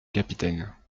capitaine